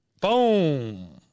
Boom